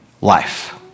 life